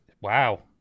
wow